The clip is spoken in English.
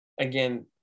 again